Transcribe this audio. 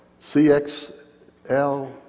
CXL